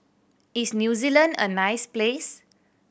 is New Zealand a nice place